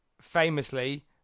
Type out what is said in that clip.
Famously